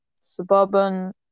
suburban